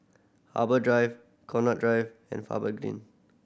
Harbour Drive Connaught Drive and Faber Green